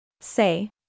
Say